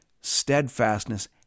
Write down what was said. steadfastness